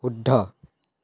শুদ্ধ